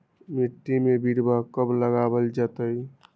मिट्टी में बिरवा कब लगवल जयतई?